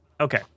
okay